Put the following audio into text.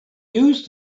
used